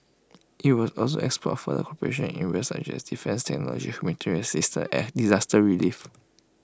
IT will also explore further cooperation in areas such as defence technology humanitarian assistance and disaster relief